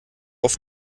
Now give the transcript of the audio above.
auf